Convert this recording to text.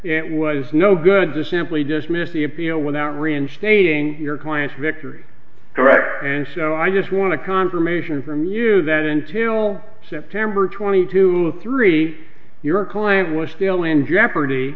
it was no good to simply dismiss the appeal without reinstating your client's victory correct and so i just want to confirmation from you that until september twenty two three your client was still in jeopardy